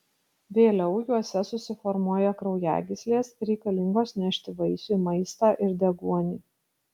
vėliau juose susiformuoja kraujagyslės reikalingos nešti vaisiui maistą ir deguonį